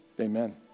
Amen